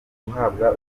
guhabwa